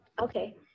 Okay